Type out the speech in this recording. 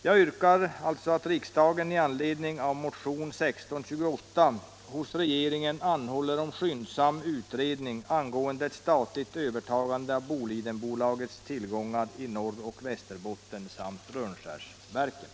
Jag yrkar alltså att riksdagen i anledning av motion nr 1628 hos regeringen anhåller om skyndsam utredning angående ett statligt övertagande av Bolidenbolagets tillgångar i Norroch Västerbotten samt Rönnskärsverken.